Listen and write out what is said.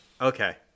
Okay